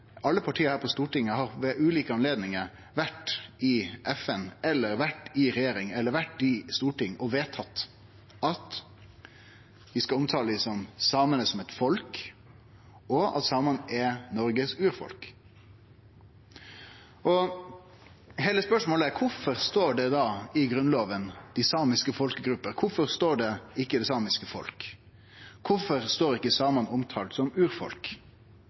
alle partia her på Stortinget har ved ulike anledningar vore i FN, i regjering eller i Stortinget og vedtatt at vi skal omtale samane som eit folk, og at samane er Noregs urfolk. Spørsmålet er: Kvifor står det da «den samiske folkegruppa» i Grunnlova? Kvifor står det ikkje «det samiske folk»? Kvifor er ikkje samane omtalt som